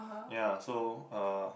ya so uh